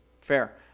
Fair